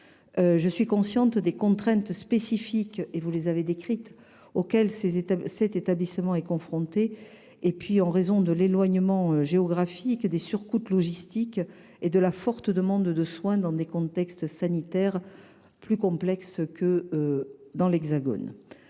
Je suis consciente des contraintes spécifiques, que vous avez décrites, auxquelles cet établissement est confronté, sans oublier l’éloignement géographique, les surcoûts logistiques et la forte demande de soins, dans un contexte sanitaire plus complexe que celui de l’Hexagone.